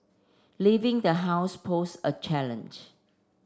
leaving the house pose a challenge